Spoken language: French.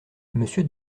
monsieur